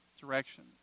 direction